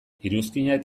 iruzkinak